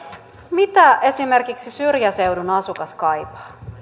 mitä esimerkiksi syrjäseudun asukas kaipaa